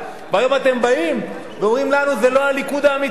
והיום אתם באים ואומרים לנו: זה לא הליכוד האמיתי,